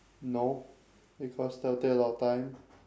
no because that will take a lot of time